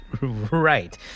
Right